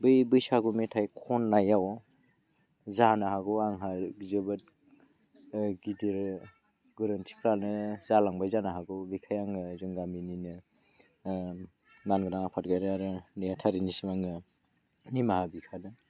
बै बैसागु मेथाइ खननायाव जानो हागौ आंहा जोबोद गिदिर गोरोन्थिफ्रानो जालांबाय जानो हागौ बेखाय आं जोंनि गामिनिनो मानगोनां आफादगिरि आरो नेहाथारिनिसिम निमाहा बिखादों